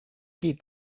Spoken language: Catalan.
qui